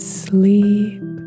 sleep